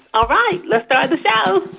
all right. let's start the show